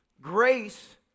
grace